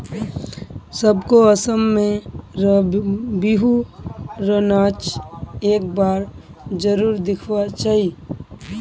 सबको असम में र बिहु र नाच एक बार जरुर दिखवा चाहि